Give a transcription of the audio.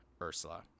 ursula